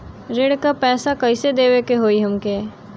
ऋण का पैसा कइसे देवे के होई हमके?